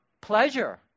pleasure